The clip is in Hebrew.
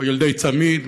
או ילדי צמי"ד,